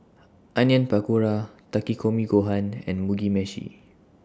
Onion Pakora Takikomi Gohan and Mugi Meshi